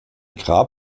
grab